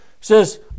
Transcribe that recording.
Says